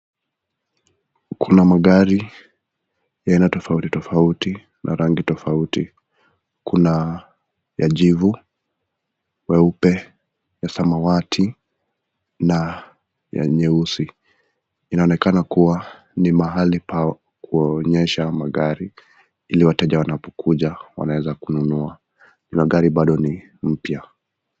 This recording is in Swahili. Inaonekana kuwa ni pahali pa kuonyesha magari